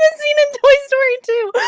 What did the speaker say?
and scene in toy story two.